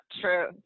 true